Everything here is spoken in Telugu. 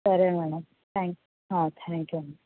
సరే మ్యాడమ్ థ్యాంక్ థ్యాంక్ యూ అండి